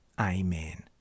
Amen